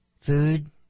Food